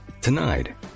tonight